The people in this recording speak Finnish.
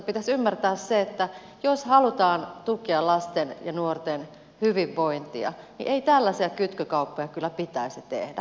pitäisi ymmärtää se että jos halutaan tukea lasten ja nuorten hyvinvointia niin ei tällaisia kytkykauppoja kyllä pitäisi tehdä